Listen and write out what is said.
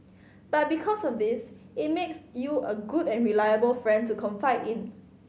but because of this it makes you a good and reliable friend to confide in